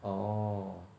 oh